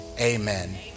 Amen